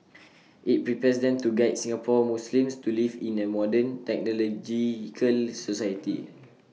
IT prepares them to guide Singapore Muslims to live in A modern technological society